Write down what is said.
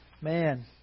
man